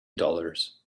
dollars